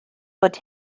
bod